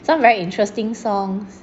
some very interesting songs